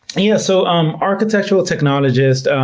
and yeah, so um architectural technologists,